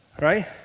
Right